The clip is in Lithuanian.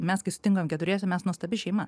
mes kai susitinkam keturiese mes nuostabi šeima